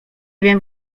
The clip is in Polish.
wiem